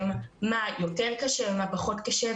מה יותר קשה ומה פחות קשה,